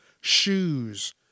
shoes